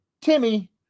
Timmy